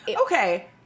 Okay